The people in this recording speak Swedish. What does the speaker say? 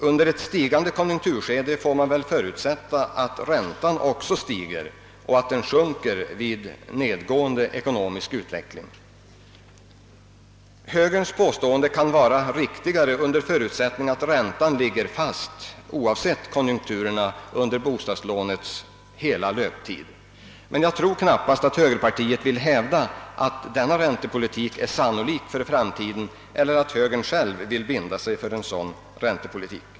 Under ett skede av stigande konjunkturer får man väl förutsätta att räntan också stiger och att den sjunker vid nedgående ekonomisk utveckling. Högerns påstående kan vara riktigare under förutsättning att räntan ligger fast oavsett konjunkturerna. under bostadslånets hela löptid. Men jag tror knappast att bögern vill hävda att denna räntepolitik är sannolik för framtiden eller att högern själv vill binda sig för en sådan räntepolitik.